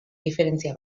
diferentzia